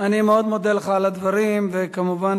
אני מאוד מודה לך על הדברים, וכמובן,